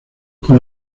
con